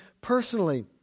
personally